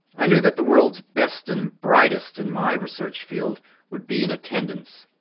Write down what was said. i knew that the world's best and brightest in my research field would be in attendance.